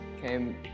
came